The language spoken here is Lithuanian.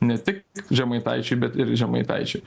ne tik žemaitaičiui bet ir žemaitaičiui